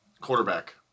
Quarterback